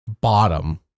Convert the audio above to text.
bottom